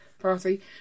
party